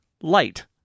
light